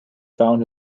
found